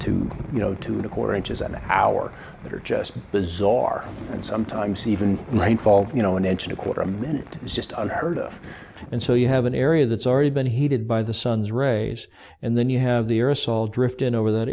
to you know two and a quarter inches an hour that are just bizarre and sometimes even my fault you know an inch and a quarter a minute is just unheard of and so you have an area that's already been heated by the sun's rays and then you have the earth's all drift in over that